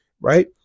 right